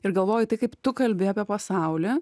ir galvoju tai kaip tu kalbi apie pasaulį